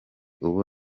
ubu